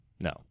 No